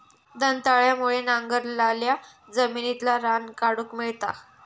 दंताळ्यामुळे नांगरलाल्या जमिनितला रान काढूक मेळता